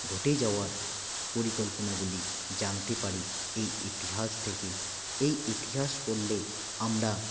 ঘটে যাওয়ার পরিকল্পনাগুলি জানতে পারি এই ইতিহাস থেকে এই ইতিহাস পড়লে আমরা